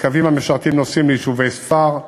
קווים המשרתים נוסעים ליישובי ספר,